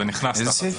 זה נכנס תחת זה.